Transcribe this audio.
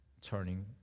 turning